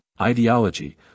Ideology